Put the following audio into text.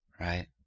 Right